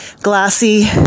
glassy